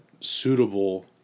suitable